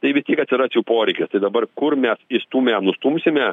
tai vis tiek atsiras jų poreikis tai dabar kur mes išstūmę nustumsime